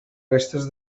restes